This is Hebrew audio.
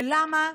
ולמה?